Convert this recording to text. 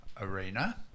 arena